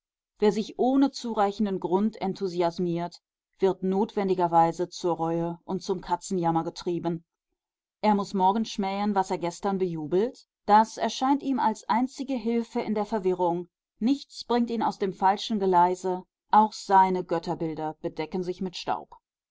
wer sich ohne zureichenden grund enthusiasmiert wird notwendigerweise zur reue und zum katzenjammer getrieben er muß morgen schmähen was er gestern bejubelt das erscheint ihm als die einzige hilfe in der verwirrung nichts bringt ihn aus dem falschen geleise auch seine götterbilder bedecken sich mit staub